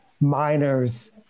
miners